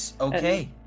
Okay